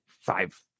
five